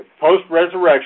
post-resurrection